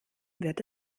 wird